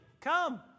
come